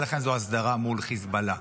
ולכן זו הסדרה מול חיזבאללה.